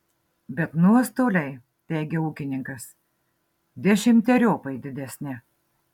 bet nuostoliai teigia ūkininkas dešimteriopai didesni